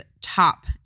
top